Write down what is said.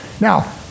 Now